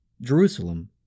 Jerusalem